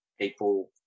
people